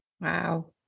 Wow